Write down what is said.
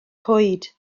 coed